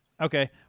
okay